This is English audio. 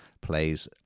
plays